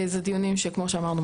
זה דיונים שכמו שאמרנו,